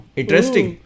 interesting